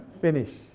Finish